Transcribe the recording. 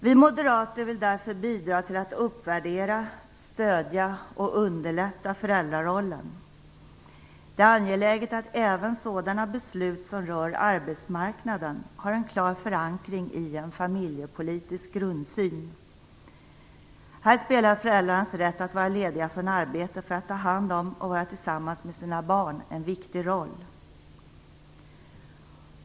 Vi moderater vill därför bidra till att uppvärdera, stödja och underlätta föräldrarollen. Det är angeläget att även sådana beslut som rör arbetsmarknaden har en klar förankring i en familjepolitisk grundsyn. Här spelar föräldrarnas rätt att vara lediga från arbetet för att ta hand om och vara tillsammans med sina barn en viktig roll.